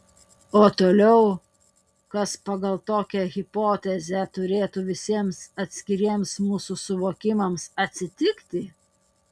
o toliau kas pagal tokią hipotezę turėtų visiems atskiriems mūsų suvokimams atsitikti